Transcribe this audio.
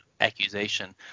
accusation